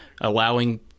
allowing